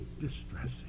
distressing